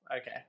okay